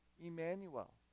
Emmanuel